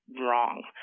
Wrong